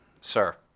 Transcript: sir